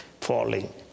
falling